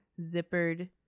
zippered